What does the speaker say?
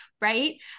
Right